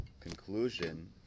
conclusion